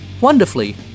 Wonderfully